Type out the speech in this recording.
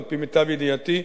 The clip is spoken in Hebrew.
על-פי מיטב ידיעתי,